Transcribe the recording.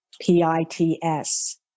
P-I-T-S